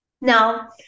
Now